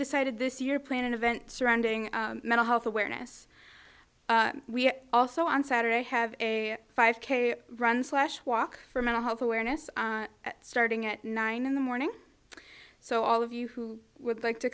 decided this year plan and event surrounding mental health awareness we also on saturday have a five k run slash walk for mental health awareness at starting at nine in the morning so all of you who would like to